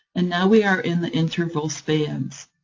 and now we are in the interval spans.